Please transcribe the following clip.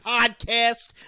Podcast